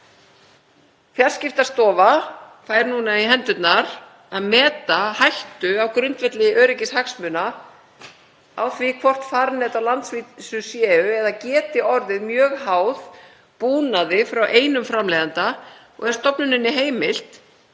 Fjarskiptastofa fær nú í hendurnar að meta hættu á grundvelli öryggishagsmuna, meta hættu á því hvort farnet á landsvísu séu eða geti orðið mjög háð búnaði frá einum framleiðanda og er stofnuninni heimilt